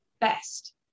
best